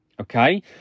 Okay